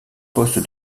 poste